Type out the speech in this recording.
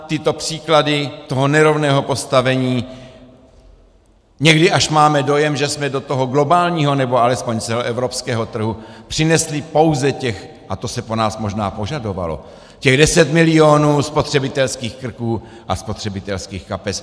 Tyto příklady nerovného postavení, někdy až máme dojem, že jsme do toho globálního nebo alespoň celoevropského trhu přinesli pouze těch a to se po nás možná požadovalo těch deset milionů spotřebitelských krků a spotřebitelských kapes.